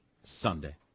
Sunday